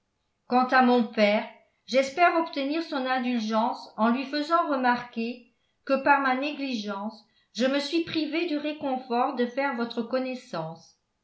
quant à mon père j'espère obtenir son indulgence en lui faisant remarquer que par ma négligence je me suis privé du réconfort de faire votre connaissance